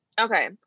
Okay